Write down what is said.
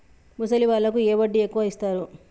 ముసలి వాళ్ళకు ఏ వడ్డీ ఎక్కువ ఇస్తారు?